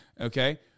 Okay